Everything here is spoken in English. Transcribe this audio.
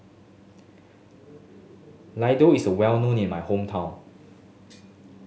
laddu is well known in my hometown